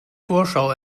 vorschau